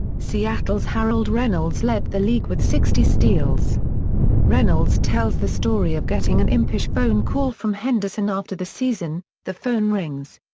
seattle's harold reynolds led the league with sixty steals reynolds tells the story of getting an impish phone call from henderson after the season the phone rings.